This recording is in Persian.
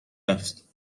رفت